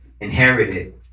inherited